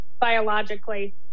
biologically